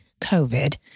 COVID